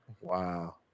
Wow